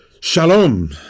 Shalom